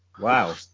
Wow